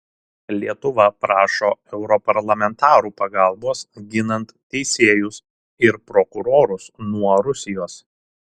lietuva prašo europarlamentarų pagalbos ginant teisėjus ir prokurorus nuo rusijos